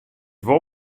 wol